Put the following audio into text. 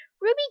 ruby